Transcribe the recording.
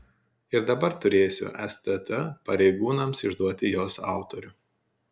ir dabar turėsiu stt pareigūnams išduoti jos autorių